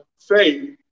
faith